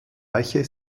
eiche